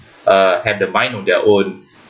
uh have the mind of their own